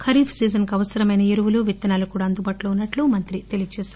ఖరీఫ్ సీజన్కు అవసరమైన ఎరువులు విత్తనాలు కూడా అందుబాటులో ఉన్నట్లు మంత్రి తెలియజేశారు